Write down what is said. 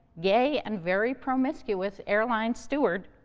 gay and very promiscuous airline steward,